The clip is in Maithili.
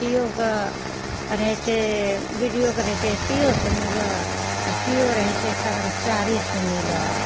सी ओ के रहय छै बी डी ओ के रहय छै सी ओ सँ मिलल आओर सी ओ के रहय छै कर्मचारीसँ मिलल